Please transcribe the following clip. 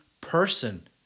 person